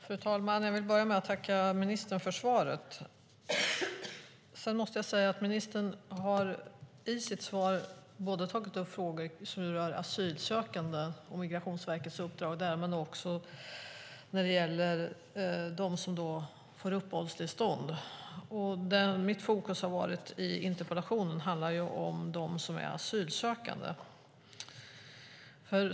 Fru talman! Jag vill börja med att tacka ministern för svaret. Ministern har i sitt svar tagit upp både frågor som rör asylsökande och Migrationsverkets uppdrag där och frågor som gäller dem som får uppehållstillstånd. Mitt fokus i interpellationen har varit dem som är asylsökande.